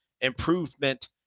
improvement